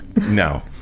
No